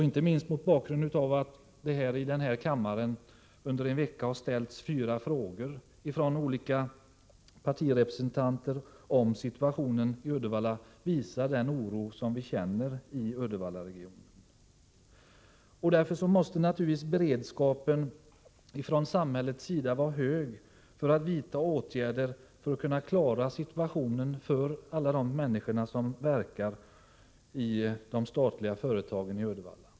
Inte minst det faktum att här i kammaren under en vecka har ställts fyra frågor av representanter för olika partier om situationen i Uddevalla visar den oro vi känner i den regionen. Därför måste naturligtvis samhällets beredskap vara hög när det gäller att vidta åtgärder för att klara situationen för alla de människor som verkar i de statliga företagen i Uddevalla.